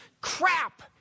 crap